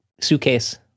suitcase